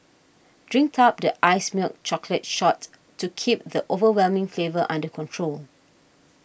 drink up the iced milk chocolate shot to keep the overwhelming flavour under control